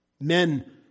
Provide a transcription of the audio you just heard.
Men